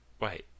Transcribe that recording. Wait